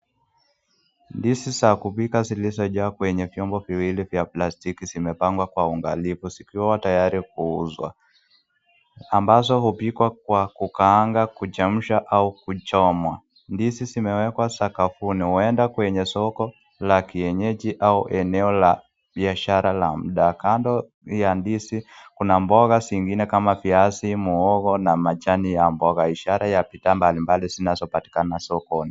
Ndizi za kupika zilizojaa kwenye vyombo viwili vya plastiki zimepangwa kwa uangalifu zikiwa tayari kuuzwa, ambazo hupikwa kwa kukaanga, kuchemsha au kuchomwa. Ndizi zimewekwa sakafuni, huenda kwenye soko la kienyeji au eneo la biashara la mda. Kando ya ndizi kuna mboga zingine kama viazi, muhogo na majani ya mboga, ishara ya bidhaa mbalimbali zinazopatikana sokoni.